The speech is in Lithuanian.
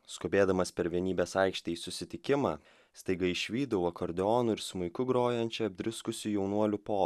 skubėdamas per vienybės aikštę į susitikimą staiga išvydau akordeonu ir smuiku grojančią apdriskusių jaunuolių po